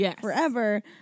forever